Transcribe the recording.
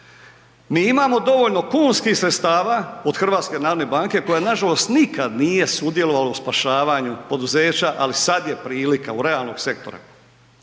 Mi imamo dovoljno kunskih sredstava od HNB-a koja nažalost nikada nije sudjelovala u spašavanju poduzeća, ali sada je prilika u realnom sektoru.